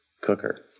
Cooker